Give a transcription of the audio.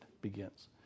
begins